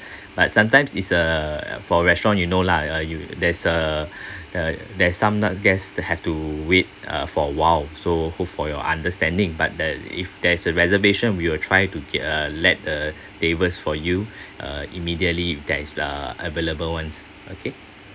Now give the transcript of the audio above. but sometimes is uh for restaurants you know lah you there's a uh there's some not guests have to wait uh for a while so hope for your understanding but uh if there is a reservation we will try to get uh let the tables for you uh immediately that is uh available ones okay